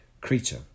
Creature